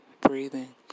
breathing